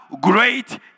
great